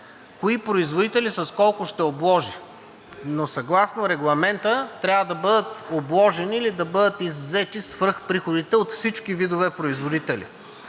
кои производители с колко ще обложи, но съгласно Регламента трябва да бъдат обложени и да бъдат иззети свръхприходите от всички видове производители.